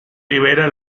libera